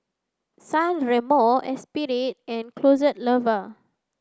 San Remo Esprit and The Closet Lover